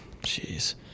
Jeez